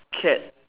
cat